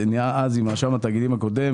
עם רשם התאגידים הקודם